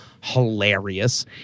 hilarious